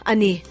Ani